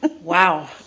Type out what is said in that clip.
Wow